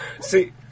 See